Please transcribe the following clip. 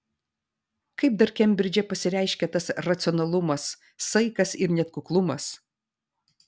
kaip dar kembridže pasireiškia tas racionalumas saikas ir net kuklumas